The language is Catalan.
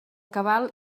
cabal